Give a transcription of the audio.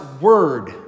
word